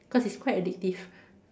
cause it's quite addictive